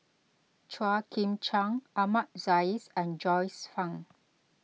Chua Chim Kang Ahmad Jais and Joyce Fan